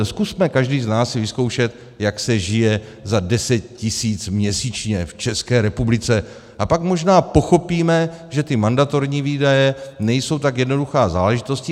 Zkusme si každý z nás vyzkoušet, jak se žije za 10 tis. měsíčně v České republice, a pak možná pochopíme, že mandatorní výdaje nejsou tak jednoduchá záležitost.